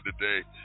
today